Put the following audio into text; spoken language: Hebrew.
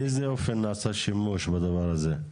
באיזה אופן נעשה שימוש בדבר הזה?